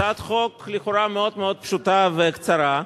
לכאורה הצעת חוק מאוד מאוד פשוטה וקצרה,